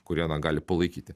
kurie na gali palaikyti